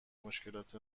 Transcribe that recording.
مشکلات